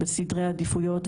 בסדרי העדיפויות.